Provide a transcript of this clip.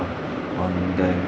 on then